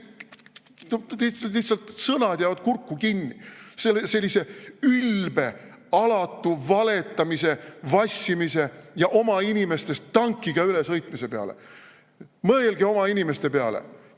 sõnad jäävad kurku kinni sellise ülbe, alatu valetamise, vassimise ja oma inimestest tankiga ülesõitmise peale. Mõelge oma inimeste peale!